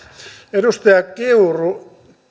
edustaja kiuru